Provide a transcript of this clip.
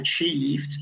achieved